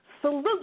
salute